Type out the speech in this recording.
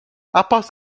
aposto